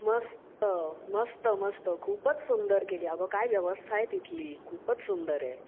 मस्त मस्त मस्त खूपच सुंदर केली अगं काय व्यवस्था आहे तिथली खूपच सुंदर आहे